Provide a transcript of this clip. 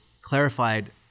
clarified